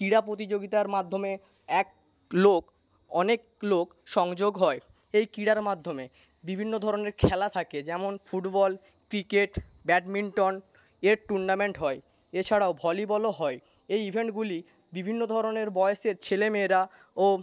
ক্রীড়া প্রতিযোগিতার মাধ্যমে এক লোক অনেক লোক সংযোগ হয় এই ক্রীড়ার মাধ্যমে বিভিন্ন ধরনের খেলা থাকে যেমন ফুটবল ক্রিকেট ব্যাডমিন্টন এর টুর্নামেন্ট হয় এছাড়াও ভলিবলও হয় এই ইভেন্টগুলি বিভিন্ন ধরনের বয়সের ছেলেমেয়েরা ও